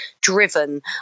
driven